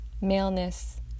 maleness